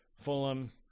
Fulham